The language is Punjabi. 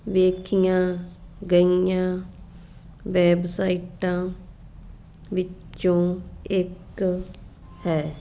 ਵੇਖੀਆਂ ਗਈਆਂ ਵੈਬਸਾਈਟਾਂ ਵਿੱਚੋਂ ਇੱਕ ਹੈ